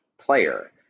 player